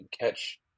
catch